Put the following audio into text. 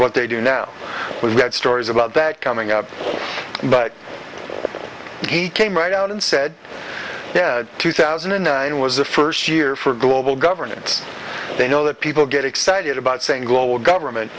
what they do now when we had stories about that coming up but he came right out and said two thousand and nine was the first year for global governance they know that people get excited about saying global government